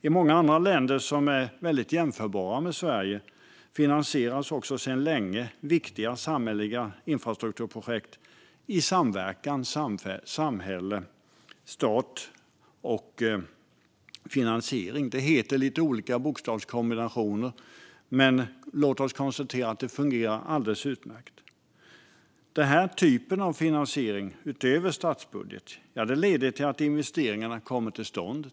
I många andra länder som är i hög grad jämförbara med Sverige finansieras också sedan länge viktiga samhälleliga infrastrukturprojekt i samverkan mellan samhälle - stat - och finansiärer. Detta benämns med lite olika bokstavskombinationer, men låt oss konstatera att det fungerar alldeles utmärkt. Denna typ av finansiering vid sidan av statsbudgeten leder till att investeringar kommer till stånd.